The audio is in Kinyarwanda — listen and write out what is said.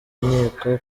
nkiko